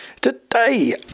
Today